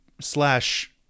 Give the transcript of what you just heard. slash